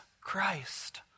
Christ